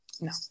No